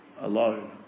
alone